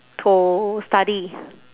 to study